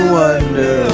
wonder